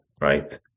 right